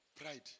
Pride